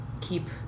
keep